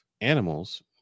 animals